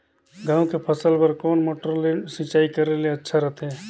गहूं के फसल बार कोन मोटर ले सिंचाई करे ले अच्छा रथे?